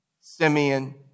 Simeon